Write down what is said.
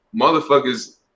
motherfuckers